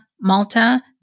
Malta